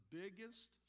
biggest